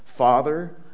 Father